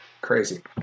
Crazy